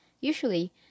Usually